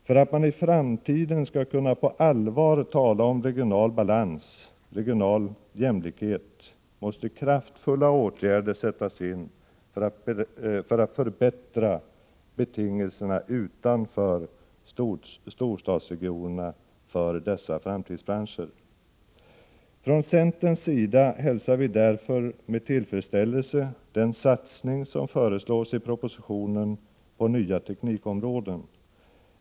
För att man i framtiden skall kunna på allvar tala om regional balans — regional jämlikhet — måste kraftfulla åtgärder sättas in för att förbättra betingelserna utanför storstadsregionerna för dessa framtidsbranscher. Från centerns sida hälsar vi därför med tillfredsställelse den satsning på nya teknikområden som föreslås i propositionen.